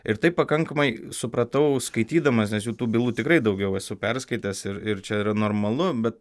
ir tai pakankamai supratau skaitydamas nes jų tų bylų tikrai daugiau esu perskaitęs ir ir čia yra normalu bet